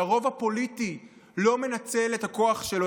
שהרוב הפוליטי לא מנצל את הכוח שלו,